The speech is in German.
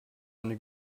eine